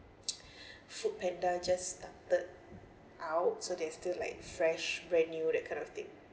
foodpanda just started out so they still like fresh brand new that kind of thing